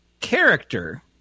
character